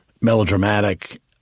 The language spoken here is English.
melodramatic